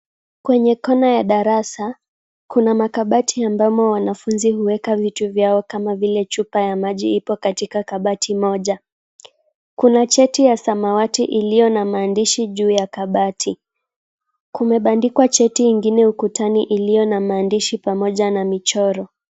Kwenye kona ya darasa, kuna makabati ambamo wanafunzi huweka vitu vyao kama vile chupa ya maji ipo katika kabati moja. Kuna cheti ya samawati iliyo na maandishi juu ya kabati. Kumebandikwa cheti ingine ukutani iliyo na maandishi pamoja na michoro.